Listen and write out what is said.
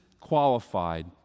qualified